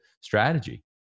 strategy